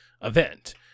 event